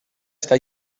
està